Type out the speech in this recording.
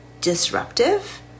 disruptive